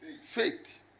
Faith